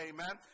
Amen